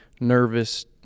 nervous